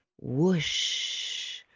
whoosh